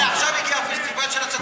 הנה, עכשיו הגיע הפסטיבל של הצדקנות.